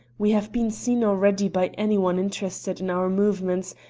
we have been seen already by any one interested in our movements,